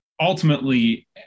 Ultimately